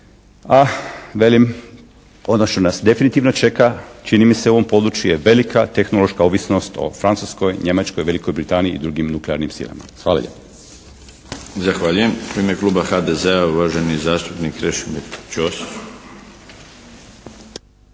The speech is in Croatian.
a velim ono što nas definitivno čeka čini mi se u ovom području je velika tehnološka ovisnost o Francuskoj, Njemačkoj, Velikoj Britaniji i drugim nuklearnim silama. Hvala lijepo. **Milinović, Darko (HDZ)** Zahvaljujem. U ime kluba HDZ-a, uvaženi zastupnik Krešimir Ćosić.